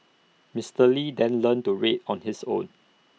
Mister lee then learnt to read on his own